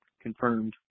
confirmed